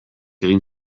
egin